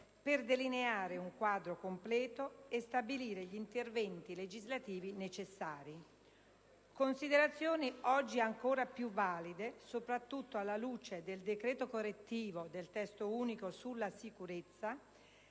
per delineare un quadro completo e stabilire gli interventi legislativi necessari. Considerazioni oggi ancora più valide, soprattutto alla luce del decreto correttivo del Testo unico sulla sicurezza,